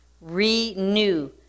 Renew